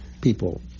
people